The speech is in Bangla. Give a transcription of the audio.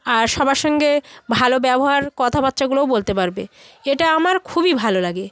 আর সবার সঙ্গে ভালো ব্যবহার কথাবার্তাগুলোও বলতে পারবে এটা আমার খুবই ভালো লাগে